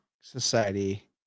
Society